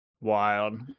wild